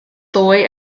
ddoe